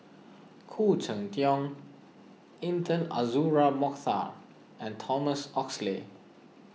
Khoo Cheng Tiong Intan Azura Mokhtar and Thomas Oxley